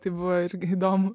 tai buvo irgi įdomu